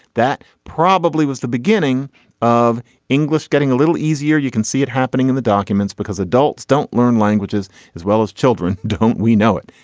that probably was the beginning of english getting a little easier you can see it happening in the documents because adults don't learn languages as well as children don't we know it.